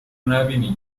نبینی